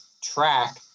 track